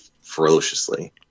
ferociously